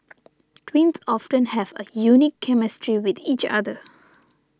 twins often have a unique chemistry with each other